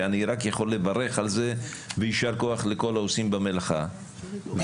שאני רק יכול לברך על זה ויישר כוח לכל העושים במלאכה ומרגי,